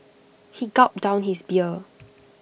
he gulped down his beer